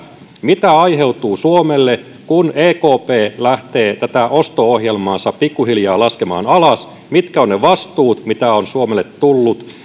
mitä aiheutuu suomelle kun ekp lähtee tätä osto ohjelmaansa pikkuhiljaa laskemaan alas mitkä ovat ne vastuut jotka ovat suomelle tulleet